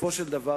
בסופו של דבר,